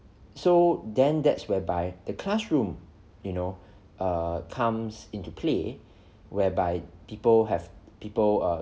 so then that's whereby the classroom you know err comes into play whereby people have people err